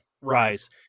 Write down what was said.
Rise